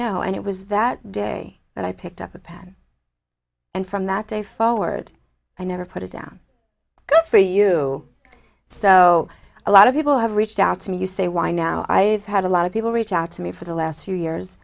no and it was that day that i picked up a pen and from that day forward i never put it down for you so a lot of people have reached out to me you say why now i have had a lot of people reach out to me for the last few years